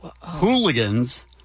hooligans